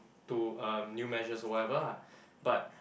to um new measures or whatever ah but